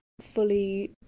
fully